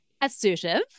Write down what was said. Assertive